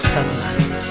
Sunlight